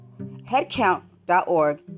Headcount.org